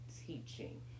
teaching